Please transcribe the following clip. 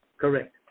Correct